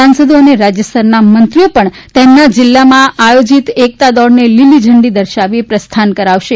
સાંસદો અને રાજયસ્તરના મંત્રીઓ પણ તેમના જિલ્લામાં આયોજીત એકતા દોડને લીલી ઝંડી દર્શાવી પ્રસ્થાન કરાવશે